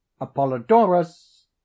Apollodorus